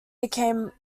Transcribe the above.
became